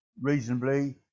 reasonably